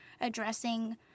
addressing